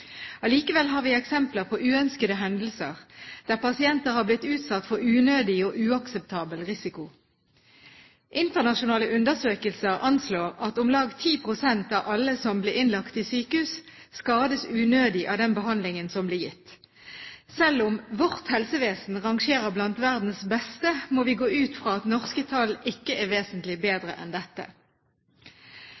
Allikevel har vi eksempler på uønskede hendelser der pasienter har blitt utsatt for unødig og uakseptabel risiko. Internasjonale undersøkelser anslår at om lag 10 prosent av alle som blir innlagt i sykehus, skades unødig av den behandlingen som blir gitt. Selv om vårt helsevesen rangerer blant verdens beste, må vi gå ut fra at norske tall ikke er vesentlig